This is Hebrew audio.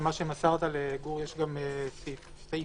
במה שמסרת לגור יש גם סעיף 6(1)